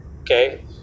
Okay